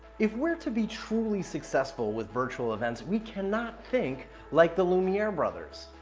if we're to be truly successful with virtual events, we cannot think like the lumiere brothers.